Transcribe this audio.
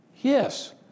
Yes